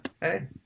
Hey